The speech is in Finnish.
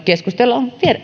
keskustella